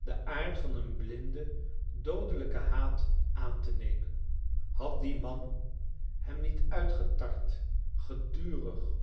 den aard van een blinden doodelijken haat aan te nemen had die man hem niet uitgetart gedurig